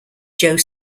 joe